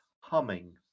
humming